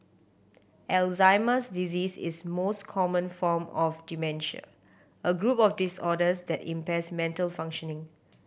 Alzheimer's disease is most common form of dementia a group of disorders that impairs mental functioning